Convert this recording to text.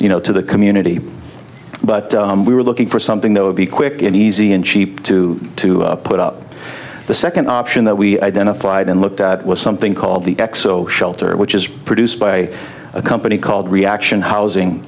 you know to the community but we were looking for something that would be quick and easy and cheap to to put up the second option that we identified and looked at was something called the xo shelter which is by a company called reaction housing